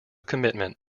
commitment